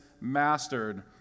mastered